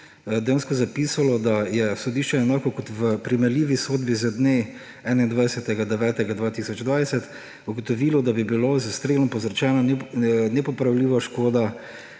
dejansko zapisalo, da je sodišče, enako kot v primerljivi sodbi z dne 21. 9. 2020 ugotovilo, da bi bilo z odstrelom povzročena nepopravljiva škoda,